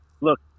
look